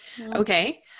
Okay